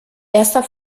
erster